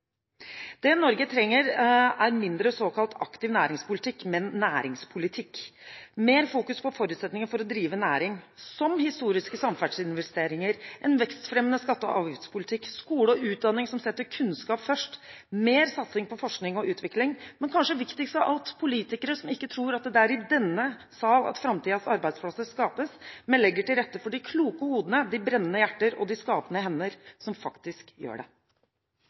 Det Norge trenger, er mindre såkalt aktiv næringspolitikk, men næringspolitikk – mer fokus på forutsetninger for å drive næring, som historiske samferdselsinvesteringer, en vekstfremmende skatte- og avgiftspolitikk, skole og utdanning som setter kunnskap først, mer satsing på forskning og utvikling, men kanskje viktigst av alt politikere som ikke tror at det er i denne sal framtidens arbeidsplasser skapes, men legger til rette for de kloke hodene, de brennende hjerter og de skapende hender, som faktisk gjør det.